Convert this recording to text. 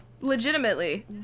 Legitimately